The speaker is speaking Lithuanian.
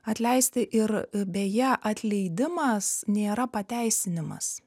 atleisti ir beje atleidimas nėra pateisinimas